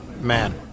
man